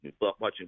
watching